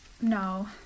No